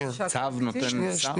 צו נותן שר?